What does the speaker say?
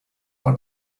for